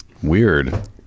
Weird